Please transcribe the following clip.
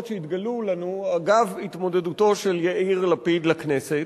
שהתגלו לנו אגב התמודדותו של יאיר לפיד לכנסת.